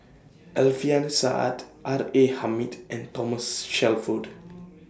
Alfian Sa'at R A Hamid and Thomas Shelford